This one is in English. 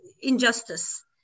injustice